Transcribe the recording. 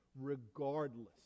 regardless